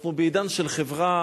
אנחנו בעידן של חברה